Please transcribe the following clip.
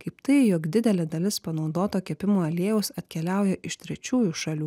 kaip tai jog didelė dalis panaudoto kepimo aliejaus atkeliauja iš trečiųjų šalių